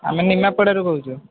ଆମେ ନିମାପଡ଼ାରୁ କହୁଛୁ